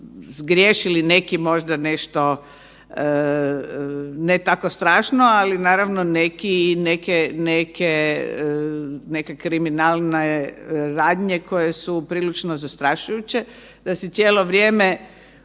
zgriješili možda neki nešto ne tako strašno, ali neke kriminalne radnje koje su prilično zastrašujuće da si cijelo vrijeme